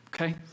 okay